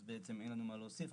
אז בעצם אין לנו מה להוסיף.